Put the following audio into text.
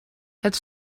het